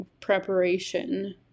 preparation